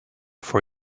for